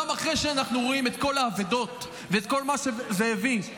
אחרי שאנחנו רואים את כל האבדות ואת כל מה שזה הביא,